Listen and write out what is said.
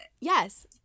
Yes